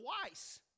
twice